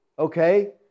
okay